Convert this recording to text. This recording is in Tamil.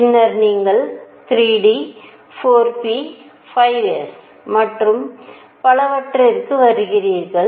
பின்னர் நீங்கள் 3 d 4 p 5 s மற்றும் பலவற்றிற்கு வருகிறீர்கள்